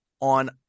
on